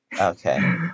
Okay